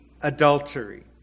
adultery